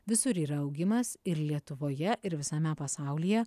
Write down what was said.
visur yra augimas ir lietuvoje ir visame pasaulyje